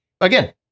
again